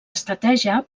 estratègia